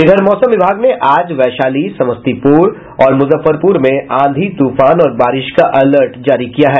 इधर मौसम विभाग ने आज वैशाली समस्तीपुर और मुजफ्फरपुर में आंधी तूफान और बारिश का अलर्ट जारी किया है